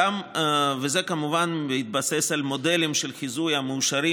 וזה כמובן בהתבסס על מודלים של חיזוי המאושרים